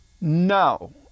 No